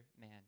man